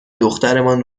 دخترمان